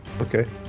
Okay